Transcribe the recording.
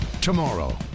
Tomorrow